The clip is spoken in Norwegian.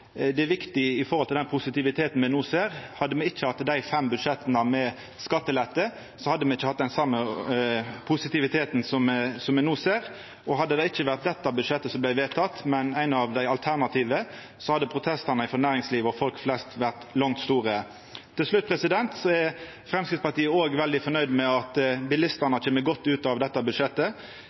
Det er viktig med tanke på den positiviteten me no ser. Hadde me ikkje hatt dei fem budsjetta med skattelettar, hadde me ikkje hatt den same positiviteten som me no ser. Og hadde det ikkje vore dette budsjettet som hadde vorte vedteke, men eit av dei alternative, hadde protestane frå næringslivet og folk flest vore langt større. Til slutt: Framstegspartiet er òg veldig fornøyd med at bilistane kjem godt ut av dette budsjettet.